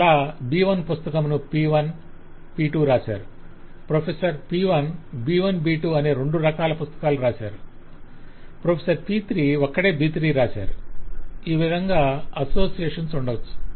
ఇలా B1 పుస్తకం ను P1 P2 వ్రాశారు ప్రొఫెసర్ P1 B1B2 అనే రెండు పుస్తకాలు రాశారు ప్రొఫెసర్ P3 ఒక్కడే B3 రాశారు ఈ విధంగా అసోసియేషన్స్ ఉండవచ్చు